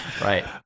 Right